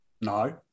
No